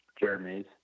Jeremy's